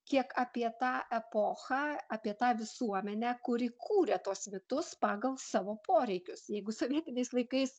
kiek apie tą epochą apie tą visuomenę kuri kūrė tuos mitus pagal savo poreikius jeigu sovietiniais laikais